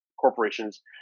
corporations